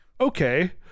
okay